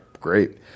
great